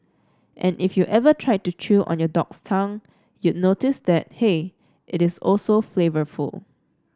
and if you ever tried to chew on your dog's tongue you'd notice that hey it is also quite flavourful